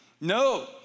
No